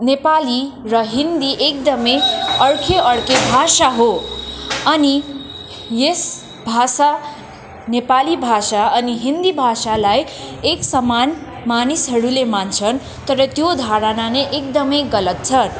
नेपाली र हिन्दी एकदमै अर्कै अर्कै भाषा हो अनि यस भाषा नेपाली भाषा अनि हिन्दी भाषालाई एक समान मानिसहरूले मान्छन् तर त्यो धाराणा नै एकदमै गलत छ